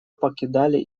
покидали